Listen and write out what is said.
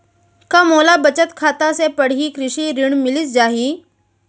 का मोला बचत खाता से पड़ही कृषि ऋण मिलिस जाही?